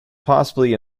possibly